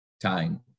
time